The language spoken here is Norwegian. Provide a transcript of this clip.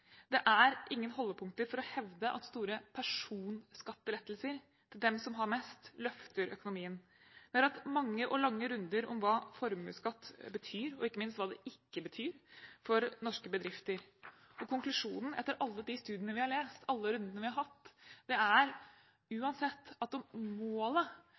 Det er ingen holdepunkter for å hevde at store personskattelettelser til dem som har mest, løfter økonomien. Vi har hatt mange og lange runder om hva formuesskatt betyr, og ikke minst om hva den ikke betyr for norske bedrifter. Konklusjonen etter alle de studiene vi har lest, alle de rundene vi har hatt, er